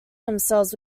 themselves